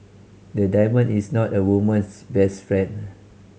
a diamond is not a woman's best friend